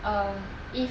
um if